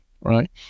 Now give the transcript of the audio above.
right